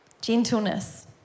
Gentleness